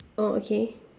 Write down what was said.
mm okay